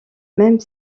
même